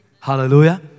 Hallelujah